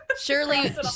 Surely